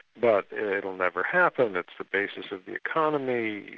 but it'll never happen it's the basis of the economy,